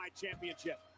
Championship